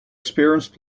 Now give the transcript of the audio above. experienced